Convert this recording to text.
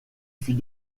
fut